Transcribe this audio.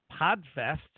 Podfest